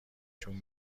جون